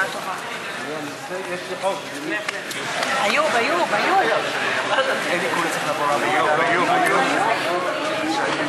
(מחיאות כפיים) הסדרנים ילוו את השר איוב קרא למקומו ליד שולחן